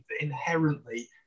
inherently